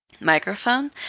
microphone